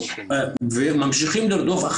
הוא צריך לרוץ למשגב,